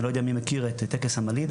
אני לא יודע מי מכיר את טקס המלידה,